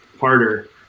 harder